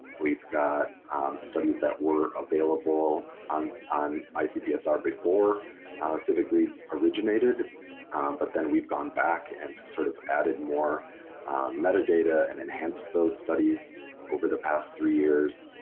we've got studies that were available on on icpsr before civicleads originated but then we've gone back and sort of added more metadata and enhanced those studies over the past three years